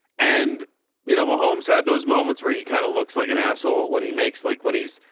and you know, my homes had those moments where he kind of looks like an asshole when he makes like, when he's,